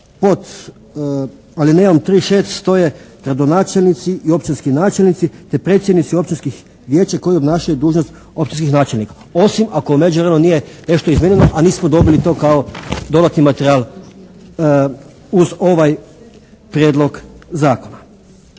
pod alinejom 3.6. stoje gradonačelnici i općinski načelnici te predsjednici općinskih vijeća koji obnašaju dužnost općinskih načelnika, osim ako u međuvremenu nije nešto izmijenjeno a nismo dobili to kao dodatni materijal uz ovaj prijedlog zakona.